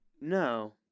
No